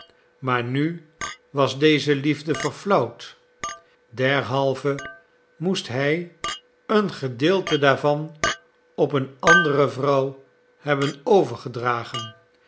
maar nu was deze liefde verflauwd derhalve moest hij een gedeelte daarvan op een andere vrouw hebben overgedragen